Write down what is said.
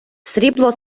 срібло